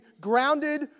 grounded